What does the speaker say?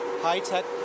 high-tech